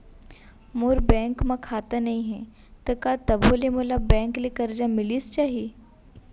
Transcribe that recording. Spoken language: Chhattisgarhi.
मोर बैंक म खाता नई हे त का तभो ले मोला बैंक ले करजा मिलिस जाही?